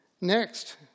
Next